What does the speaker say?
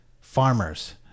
farmers